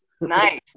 Nice